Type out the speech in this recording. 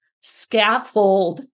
scaffold